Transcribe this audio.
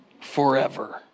forever